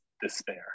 despair